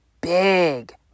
big